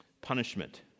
punishment